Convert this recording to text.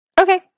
Okay